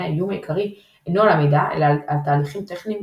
האיום העיקרי אינו על המידע אלא על תהליכים טכניים,